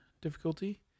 difficulty